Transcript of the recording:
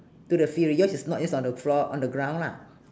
to the field yours is not yours on the floor on the ground lah